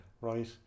right